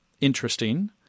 interesting